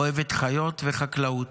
אוהבת חיות וחקלאות,